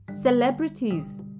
celebrities